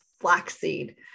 flaxseed